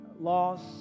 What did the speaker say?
loss